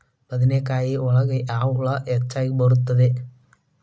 ಬದನೆಕಾಯಿ ಒಳಗೆ ಯಾವ ಹುಳ ಹೆಚ್ಚಾಗಿ ಬರುತ್ತದೆ?